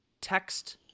text